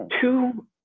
two